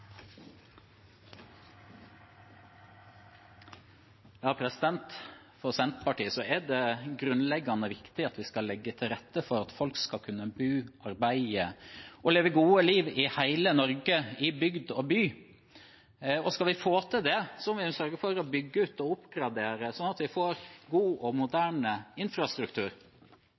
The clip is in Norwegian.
ja. Replikkordskiftet er omme. De talere som heretter får ordet, har også en taletid på inntil 3 minutter. For Senterpartiet er det grunnleggende viktig at vi skal legge til rette for at folk skal kunne bo, arbeide og leve et godt liv i hele Norge, i bygd og by. Skal vi få til det, må vi sørge for å bygge ut og oppgradere, sånn at vi får